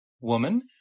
Woman